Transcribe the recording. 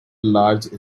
large